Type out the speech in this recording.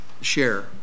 share